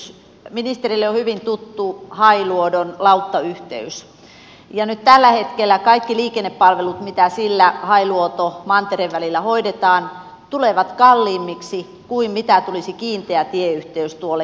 ministerille on hyvin tuttu hailuodon lauttayhteys ja nyt tällä hetkellä kaikki liikennepalvelut mitä sillä hailuotomantere välillä hoidetaan tulevat kalliimmiksi kuin tulisi kiinteä tieyhteys tuolle kyseiselle saarelle